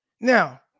Now